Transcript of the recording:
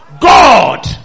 God